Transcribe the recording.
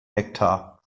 nektar